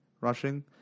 rushing